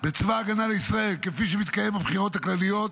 בצבא הגנה לישראל, כפי שמתקיים בבחירות הכלליות,